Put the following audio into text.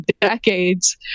decades